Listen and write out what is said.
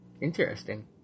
interesting